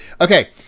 Okay